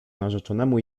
narzeczonemu